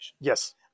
Yes